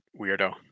weirdo